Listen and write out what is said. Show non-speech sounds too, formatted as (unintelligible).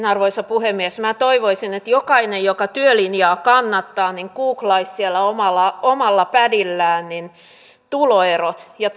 (unintelligible) arvoisa puhemies minä toivoisin että jokainen joka työlinjaa kannattaa googlaisi sillä omalla pädillään tuloerot ja (unintelligible)